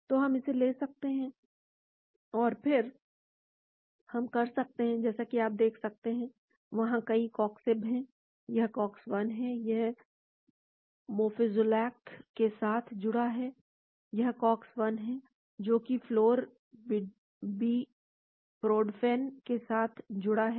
तो हम इसे ले सकते हैं और फिर हम कर सकते हैं जैसा कि आप देख सकते हैं वहां कई कॉक्सिब हैं यह कॉक्स 1 है यह मोफेज़ोलैक के साथ जुड़ा है यह कॉक्स 1 है जो कि फ्लोरबिप्रोडफेन के साथ जुड़ा है